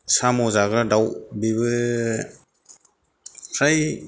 साम' जाग्रा दाउ बेबो फ्राय